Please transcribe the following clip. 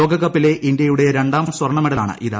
ലോകകപ്പിലെ ഇന്ത്യയുടെ രണ്ടാം സ്വർണ്ണ മെഡലാണ് ഇത്